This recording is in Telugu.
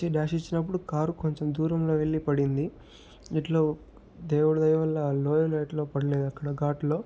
వచ్చి డాష్ ఇచ్చినప్పుడు కారు కొంచెం దూరంలో వెళ్లి పడింది ఎట్లో దేవుడు దయవల్ల లోయలో ఎట్లో పడలేదు అక్కడ ఘాట్ లో